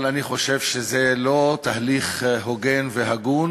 אבל אני חושב שזה לא תהליך הוגן והגון